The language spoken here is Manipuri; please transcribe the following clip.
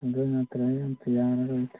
ꯑꯗꯨ ꯅꯠꯇ꯭ꯔꯗꯤ ꯑꯝꯇ ꯌꯥꯔꯔꯣꯏꯗ